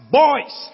boys